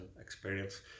experience